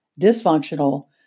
dysfunctional